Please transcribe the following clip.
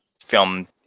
film